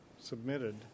submitted